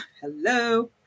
hello